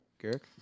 Garrick